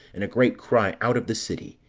and a great cry out of the city